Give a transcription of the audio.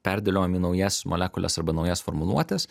perdėliojom į naujas molekules arba naujas formuluotes